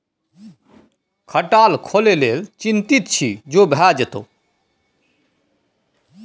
खटाल खोलय लेल चितिंत छी जो भए जेतौ